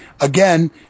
again